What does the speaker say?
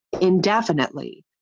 indefinitely